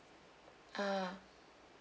a'ah